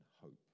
hope